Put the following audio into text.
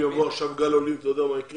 אם יבוא גל עולים, אתה יודע מה יקרה?